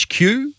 HQ